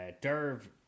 derv